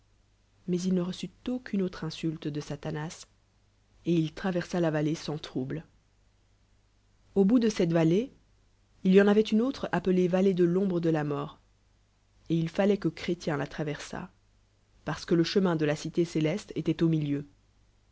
mais il ne reçut aucune autre insulu de satanas et il traversa la vallà sans trouble au bout de cette vallée il y et avoit une autre appelée vallée d l'ombre de la mort et il falloit qui cbrélien la lravers lt parce que le chemin de la cité céleitc était al milieu